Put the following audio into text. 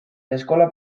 eskola